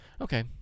Okay